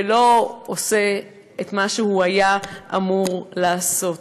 ולא עושה את מה שהוא היה אמור לעשות.